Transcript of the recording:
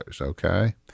okay